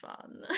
fun